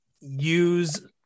use